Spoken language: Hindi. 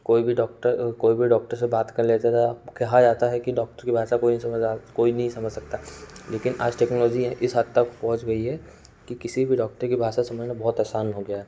कोई भी डौक्टर कोई भी डौक्टर से बात कर लेता था कहा जाता है कि डौक्टर कि भाषा कोई नहीं समझता कोई नहीं समझ सकता लेकिन आज टेक्नौलौजी इस हद तक पहुँच गई है कि किसी भी डौक्टर कि भाषा समझना बहुत असान हो गया है